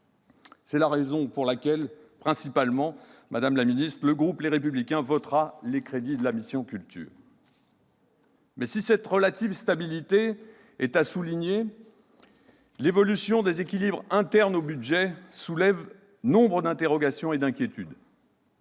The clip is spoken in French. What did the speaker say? C'est la raison principale pour laquelle le groupe Les Républicains votera les crédits de la mission « Culture ». Si cette relative stabilité est à souligner, l'évolution des équilibres internes au budget soulève toutefois nombre d'interrogations et d'inquiétudes.